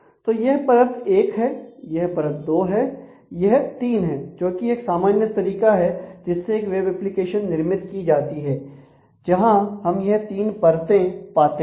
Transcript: तो यह परत एक है यह परत दो है एवं यह तीन है जो कि एक सामान्य तरीका है जिससे एक वेब एप्लीकेशन निर्मित की जाती है जहां हम यह तीन परतें पाते हैं